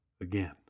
again